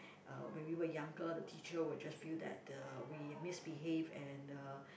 uh when we were younger the teacher will just feel that uh we misbehave and uh